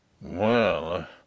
Well